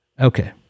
Okay